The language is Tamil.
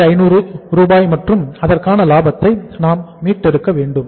67500 மற்றும் அதற்கான லாபத்தை நாம் மீட்டு எடுக்க போகிறோம்